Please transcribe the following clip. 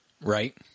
Right